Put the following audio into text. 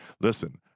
listen